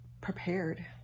prepared